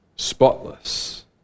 Spotless